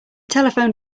telephone